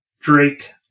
Drake